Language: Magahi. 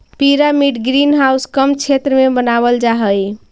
पिरामिड ग्रीन हाउस कम क्षेत्र में बनावाल जा हई